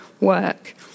work